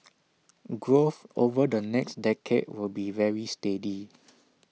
growth over the next decade will be very steady